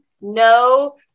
No